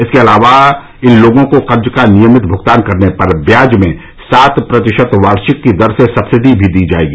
इसके अलावा इन लोगों को कर्ज का नियमित भुगतान करने पर ब्याज में सात प्रतिशत वार्षिक की दर से सब्सिडी भी दी जाएगी